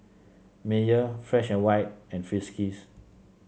Mayer Fresh And White and Friskies